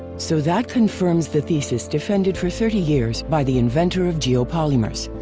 so that confirms the thesis defended for thirty years by the inventor of geopolymers,